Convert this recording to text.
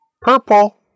purple